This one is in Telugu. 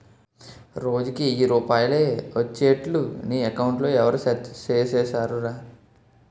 రోజుకి ఎయ్యి రూపాయలే ఒచ్చేట్లు నీ అకౌంట్లో ఎవరూ సెట్ సేసిసేరురా